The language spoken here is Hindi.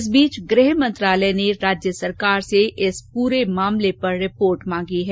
इस बीच गृहमंत्रालय ने राज्य सरकार से इस पूरे मामले पर रिपोर्ट मांगी है